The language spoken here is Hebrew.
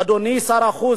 אדוני שר החוץ,